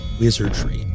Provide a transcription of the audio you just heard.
wizardry